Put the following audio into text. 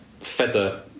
feather